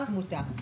אפס תמותה.